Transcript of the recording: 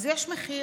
אז יש מחיר,